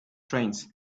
trains